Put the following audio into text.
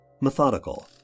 Methodical